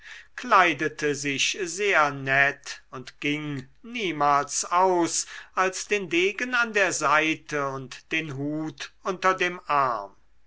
kleidete sich sehr nett und ging niemals aus als den degen an der seite und den hut unter dem arm